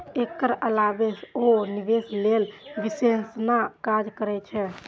एकर अलावे ओ निवेश लेल विश्लेषणक काज करै छै